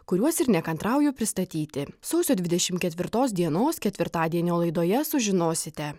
kuriuos ir nekantrauju pristatyti sausio dvidešim ketvirtos dienos ketvirtadienio laidoje sužinosite